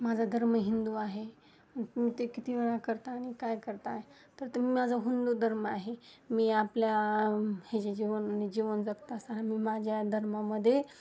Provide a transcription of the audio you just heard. माझा धर्म हिंदू आहे ते किती वेळा करता आणि काय करताय तर तुम्ही माझं हिंदू धर्म आहे मी आपल्या हे जे जीवन जीवन जगत असताना मी माझ्या धर्मामध्ये